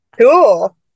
Cool